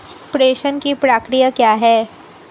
प्रेषण की प्रक्रिया क्या है?